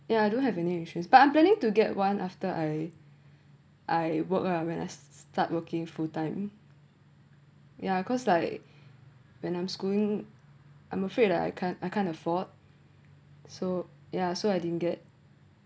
ya I don't have any insurance but I'm planning to get one after I I work ah when I start working full time yeah cause like when I'm schooling I'm afraid I can't I can't afford so yeah so I didn't get